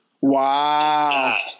Wow